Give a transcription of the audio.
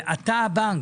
אתה הבנק.